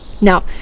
now